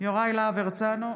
יוראי להב הרצנו,